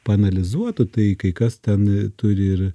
paanalizuotų tai kai kas ten turi ir